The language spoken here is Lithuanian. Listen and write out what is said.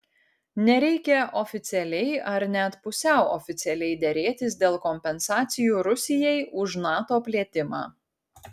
nereikia oficialiai ar net pusiau oficialiai derėtis dėl kompensacijų rusijai už nato plėtimą